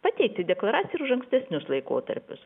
pateikti deklaraciją ir už ankstesnius laikotarpius